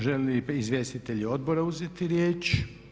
Žele li izvjestitelji odbora uzeti riječ?